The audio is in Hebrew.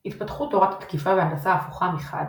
התפתחות תורת התקיפה וההנדסה ההפוכה מחד,